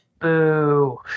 Boo